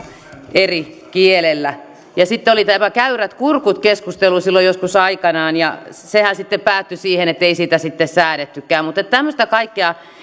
eri kielellä sitten oli tämä käyrät kurkut keskustelu silloin joskus aikanaan ja sehän sitten päättyi siihen että ei sitä sitten säädettykään mutta tämmöistä kaikkea